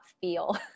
feel